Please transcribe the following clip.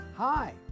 Hi